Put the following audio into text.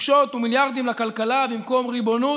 חופשות ומיליארדים לכלכלה במקום ריבונות